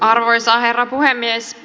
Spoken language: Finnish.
arvoisa herra puhemies